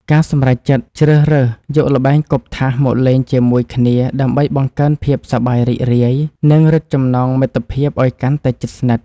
ការសម្រេចចិត្តជ្រើសរើសយកល្បែងគប់ថាសមកលេងជាមួយគ្នាដើម្បីបង្កើនភាពសប្បាយរីករាយ និងរឹតចំណងមិត្តភាពឱ្យកាន់តែជិតស្និទ្ធ។